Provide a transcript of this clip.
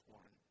one